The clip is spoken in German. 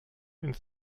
ins